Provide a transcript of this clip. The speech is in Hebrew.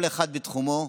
כל אחד בתחומו.